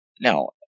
Now